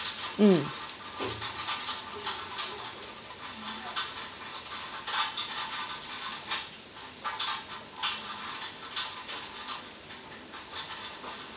mm